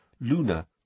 Luna